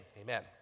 Amen